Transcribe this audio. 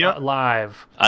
live